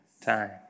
time